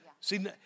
See